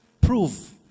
prove